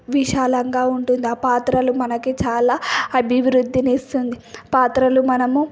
విశాలంగా ఉంటుంది పాత్రలు మనకి చాలా అభివృద్ధిని ఇస్తుంది పాత్రలు మనము